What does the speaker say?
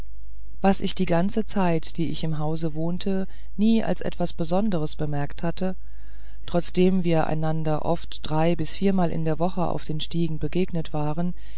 was ich die ganze zeit die ich im hause wohnte nie als etwas besonderes bemerkt hatte trotzdem wir einander oft drei bis viermal in der woche auf den stiegen begegnet waren